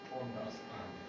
understand